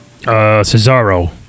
Cesaro